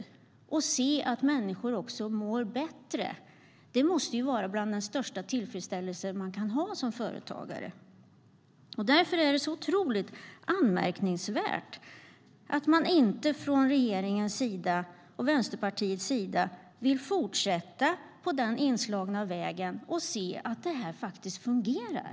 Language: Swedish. Att sedan se att människor mår bättre måste vara något av den största tillfredsställelse man kan få som företagare. Därför är det anmärkningsvärt att regeringen och Vänsterpartiet inte vill fortsätta på den inslagna vägen och se att det faktiskt fungerar.